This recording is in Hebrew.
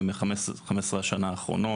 ב-15 השנים האחרונות,